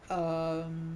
um